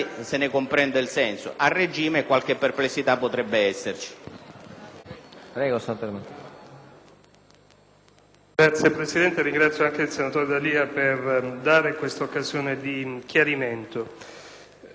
Signor Presidente, ringrazio il senatore D'Alia per aver fornito questa occasione di chiarimento. La norma che si intende introdurre su iniziativa del Governo parte da una situazione di fatto